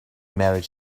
married